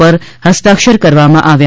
પર હસ્તાક્ષર કરવામાં આવ્યા છે